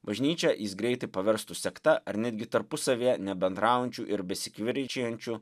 bažnyčią jis greitai paverstų sekta ar netgi tarpusavyje nebendraujančių ir besikivirčijančių